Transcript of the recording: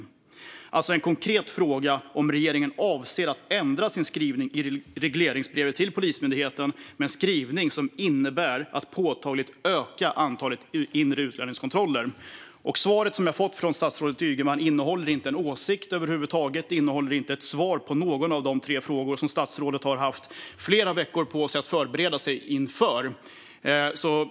Det är alltså en konkret fråga om regeringen avser att ändra sin skrivning i regleringsbrevet till Polismyndigheten till en skrivning som innebär att man ska påtagligt öka antalet inre utlänningskontroller. Svaret jag fått från statsrådet Ygeman innehåller inte någon åsikt över huvud taget. Det innehåller inte ett svar på någon av de tre frågor som statsrådet haft flera veckor på sig att förbereda sig inför.